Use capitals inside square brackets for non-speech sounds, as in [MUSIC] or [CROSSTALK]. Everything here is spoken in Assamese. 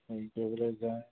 [UNINTELLIGIBLE] যায়